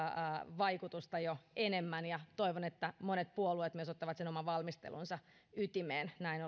vaikutusta jo enemmän ja toivon että monet puolueet myös ottavat sen oman valmistelunsa ytimeen näin